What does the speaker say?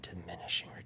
diminishing